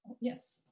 yes